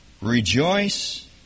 rejoice